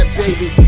baby